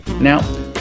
Now